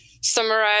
summarize